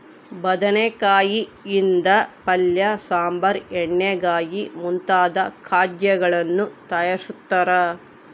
ಬದನೆಕಾಯಿ ಯಿಂದ ಪಲ್ಯ ಸಾಂಬಾರ್ ಎಣ್ಣೆಗಾಯಿ ಮುಂತಾದ ಖಾದ್ಯಗಳನ್ನು ತಯಾರಿಸ್ತಾರ